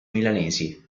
milanesi